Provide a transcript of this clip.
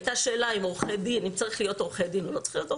הייתה שאלה אם הם צריכים להיות עורכי דין.